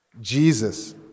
Jesus